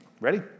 Ready